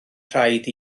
rhaid